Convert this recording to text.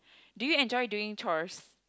do you enjoy doing chores